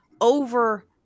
over